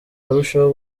arushaho